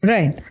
Right